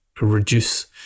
reduce